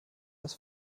das